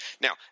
Now –